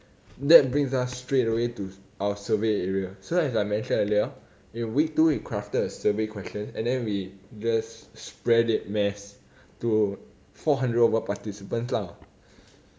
that brings us straightaway to our survey area so as I mentioned earlier in week two we crafted a survey question and then we just spread it mass to four hundred over participants lah